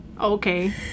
okay